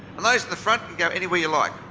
and those in the front can go anywhere you like.